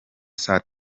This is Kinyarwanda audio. saa